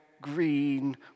green